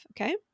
Okay